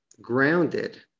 grounded